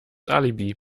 alibi